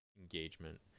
engagement